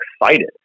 excited